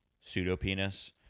pseudo-penis